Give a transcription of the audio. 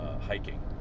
hiking